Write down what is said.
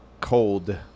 cold